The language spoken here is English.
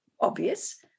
obvious